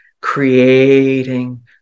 creating